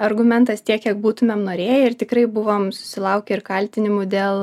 argumentas tiek kiek būtumėm norėję ir tikrai buvom susilaukę ir kaltinimų dėl